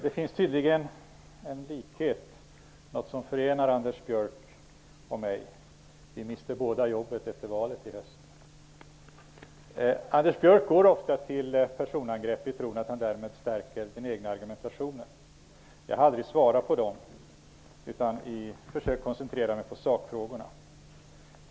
Det finns tydligen en likhet mellan Anders Björck och mig; vi mister båda jobbet efter valet i höst. Anders Björck går ofta till personangrepp i tron att han därmed stärker sin egen argumentation. Jag har aldrig svarat på dem utan i stället försökt koncentrera mig på sakfrågorna.